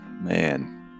man